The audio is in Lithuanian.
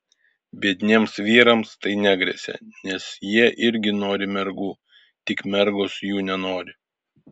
biedniems vyrams tai negresia nes jie irgi nori mergų tik mergos jų nenori